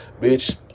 bitch